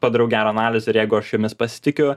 padariau gerą analizę ir jeigu aš jumis pasitikiu